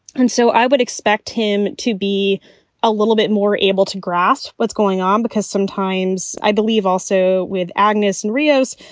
and so i would expect him to be a little bit more able to grasp what's going on, because sometimes i believe also with agnes and reos,